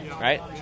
right